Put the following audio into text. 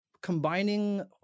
combining